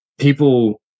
People